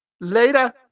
Later